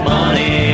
money